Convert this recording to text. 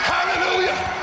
Hallelujah